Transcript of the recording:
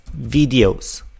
videos